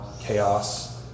chaos